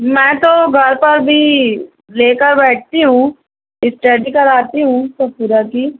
میں تو گھر پر بھی لے کر بیٹھتی ہوں اسٹڈی کراتی ہوں تبصرہ کی